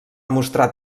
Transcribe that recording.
mostrar